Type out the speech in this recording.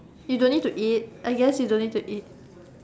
you don't need to eat I guess you don't need to eat